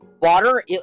water